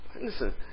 Listen